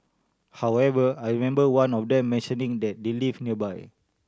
however I remember one of them mentioning that they live nearby